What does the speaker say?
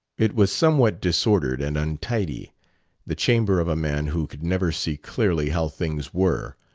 it was somewhat disordered and untidy the chamber of a man who could never see clearly how things were,